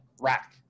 rack